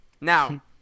Now